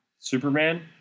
Superman